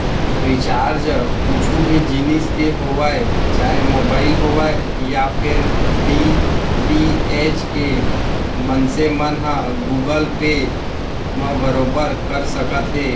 recharge कुछु भी जिनिस के होवय चाहे मोबाइल होवय या फेर डी.टी.एच के मनसे मन ह गुगल पे म बरोबर कर सकत हे